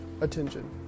attention